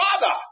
father